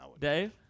Dave